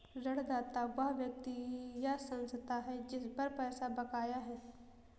ऋणदाता वह व्यक्ति या संस्था है जिस पर पैसा बकाया है